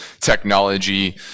technology